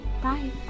Bye